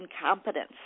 incompetence